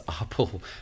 Apple